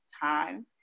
time